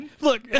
look